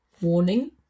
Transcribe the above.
warning